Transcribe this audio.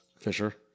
Fisher